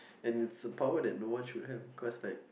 and it's a power that no one should have because like